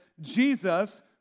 Jesus